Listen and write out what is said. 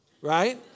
Right